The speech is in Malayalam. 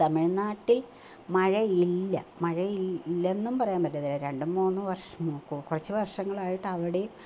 തമിഴ്നാട്ടിൽ മഴയില്ല മഴയില്ലെന്നും പറയാൻ പറ്റത്തില്ല രണ്ടുമൂന്നു വർഷ മു കു കുറച്ച് വർഷങ്ങളായിട്ടു അവിടെയും